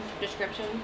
description